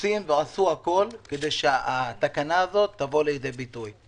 עושים ועשו הכל כדי שהתקנה הזאת תבוא לידי ביטוי.